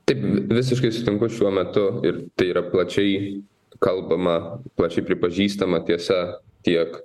taip visiškai sutinku šiuo metu ir tai yra plačiai kalbama plačiai pripažįstama tiesa tiek